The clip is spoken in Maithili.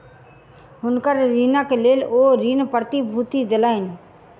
हुनकर ऋणक लेल ओ ऋण प्रतिभूति देलैन